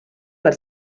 per